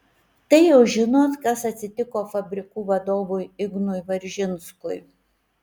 tai jau žinot kas atsitiko fabrikų vadovui ignui varžinskui